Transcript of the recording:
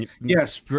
yes